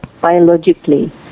Biologically